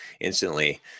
instantly